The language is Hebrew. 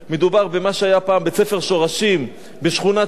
מדובר במה שהיה פעם בית-הספר "שורשים" בשכונת-שפירא.